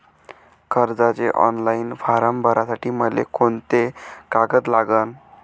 कर्जाचे online form भरासाठी मले कोंते कागद लागन?